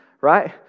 right